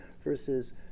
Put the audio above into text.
versus